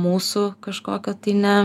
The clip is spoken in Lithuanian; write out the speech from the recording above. mūsų kažkokio tai ne